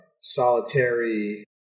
solitary